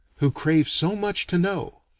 who crave so much to know,